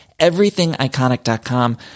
EverythingIconic.com